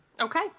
Okay